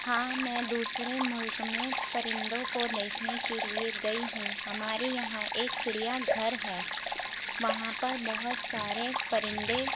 ہاں میں دوسرے ملک میں پرندوں کو دیکھنے کے لیے گئی ہوں ہمارے یہاں ایک چڑیا گھر ہے وہاں پر بہت سارے پرندے